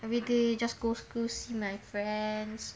everyday just go school see my friends